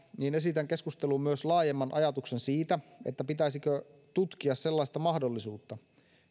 niin esitän keskusteluun myös laajemman ajatuksen siitä siitä pitäisikö tutkia sellaista mahdollisuutta